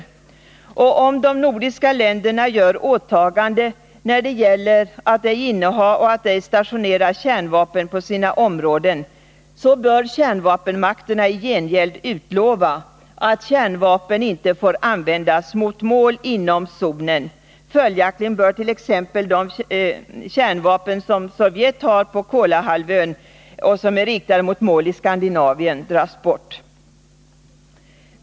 63 Och om de nordiska länderna gör åtaganden när det gäller att ej inneha och att ej stationera kärnvapen på sina områden bör kärnvapenmakterna i gengäld utlova att kärnvapen inte får användas mot mål inom zonen. Följaktligen bör t.ex. de kärnvapen som Sovjet har på Kolahalvön och som är riktade mot mål i Skandinavien dras bort.